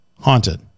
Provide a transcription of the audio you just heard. Haunted